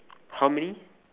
how many